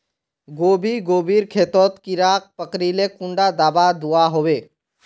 गोभी गोभिर खेतोत कीड़ा पकरिले कुंडा दाबा दुआहोबे?